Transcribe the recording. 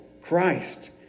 Christ